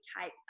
type